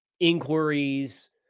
inquiries